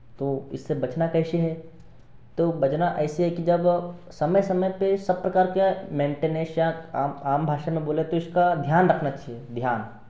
तो इससे बचना कैसे है तो बचना ऐसे है कि जब समय समय पर सब प्रकार के मेंटनेश आम भाषा में बोलें तो इसका ध्यान रखना चाहिए ध्यान